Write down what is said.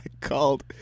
called